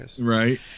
right